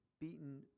beaten